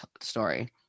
story